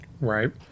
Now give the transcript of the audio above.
right